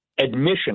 admission